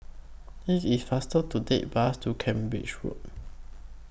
IS IT faster to Take Bus to Cambridge Road